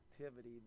activity